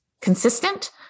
consistent